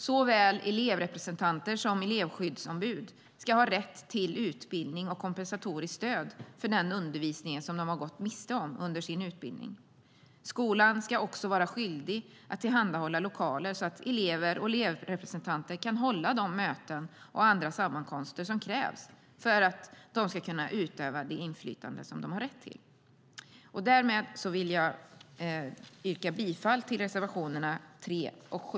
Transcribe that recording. Såväl elevrepresentanter som elevskyddsombud ska ha rätt till utbildning och kompensatoriskt stöd för den undervisning de gått miste om under sin utbildning. Skolan ska också vara skyldig att tillhandahålla lokaler så att elever och elevrepresentanter kan hålla de möten och andra sammankomster som krävs för att de ska kunna utöva det inflytande de har rätt till. Därmed yrkar jag bifall till reservationerna 3 och 7.